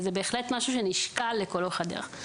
זה בהחלט משהו שנשקל לכל אורך הדרך.